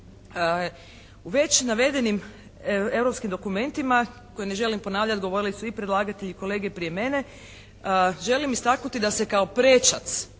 U već navedenim europskim elementima, koje ne želim ponavljati, govorili su i predlagatelj i kolege prije mene želim istaknuti da se kao prečac,